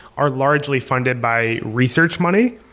are largely funded by research money.